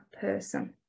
person